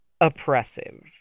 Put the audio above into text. oppressive